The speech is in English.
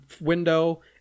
window